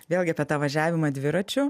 vėlgi apie tą važiavimą dviračiu